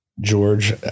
george